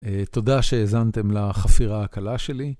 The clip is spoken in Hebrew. תודה שהאזנתם לחפירה הקלה שלי.